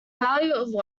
value